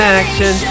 action